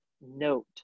note